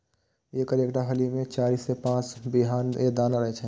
एकर एकटा फली मे चारि सं पांच टा बीहनि या दाना रहै छै